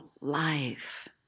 life